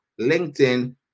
LinkedIn